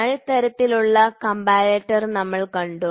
null തരത്തിൽ ഉള്ള comparator നമ്മൾ കണ്ടു